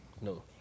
No